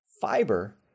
Fiber